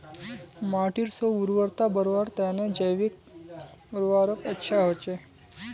माटीर स्व उर्वरता बढ़वार तने जैविक उर्वरक अच्छा होचे